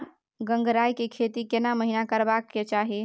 गंगराय के खेती केना महिना करबा के चाही?